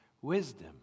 wisdom